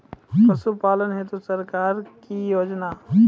पशुपालन हेतु सरकार की योजना?